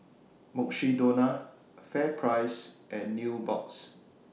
Mukshidonna FairPrice and Nubox